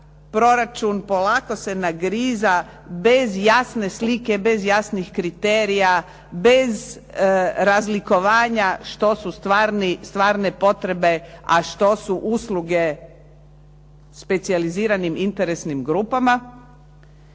proračun, polako se nagriza bez jasne slike, bez jasnih kriterija, bez razlikovanja što su stvarne potrebe a što su usluge specijaliziranim interesnim grupama